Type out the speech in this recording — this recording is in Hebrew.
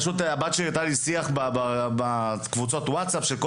הבת שלי הראתה לי שיח שנערך בקבוצות הווטסאפ של כל